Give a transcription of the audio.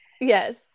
yes